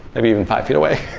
maybe even five feet away,